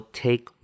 take